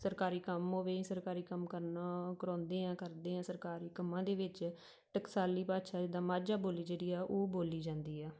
ਸਰਕਾਰੀ ਕੰਮ ਹੋਵੇ ਸਰਕਾਰੀ ਕੰਮ ਕਰਨਾ ਕਰਾਉਂਦੇ ਹਾਂ ਕਰਦੇ ਹਾਂ ਸਰਕਾਰੀ ਕੰਮਾਂ ਦੇ ਵਿੱਚ ਟਕਸਾਲੀ ਭਾਸ਼ਾ ਜਿੱਦਾਂ ਮਾਝਾ ਬੋਲੀ ਜਿਹੜੀ ਆ ਉਹ ਬੋਲੀ ਜਾਂਦੀ ਆ